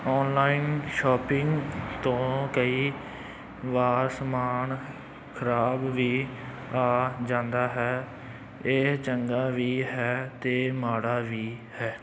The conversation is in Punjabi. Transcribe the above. ਔਨਲਾਈਨ ਸ਼ੋਪਿੰਗ ਤੋਂ ਕਈ ਵਾਰ ਸਮਾਨ ਖ਼ਰਾਬ ਵੀ ਆ ਜਾਂਦਾ ਹੈ ਇਹ ਚੰਗਾ ਵੀ ਹੈ ਅਤੇ ਮਾੜਾ ਵੀ ਹੈ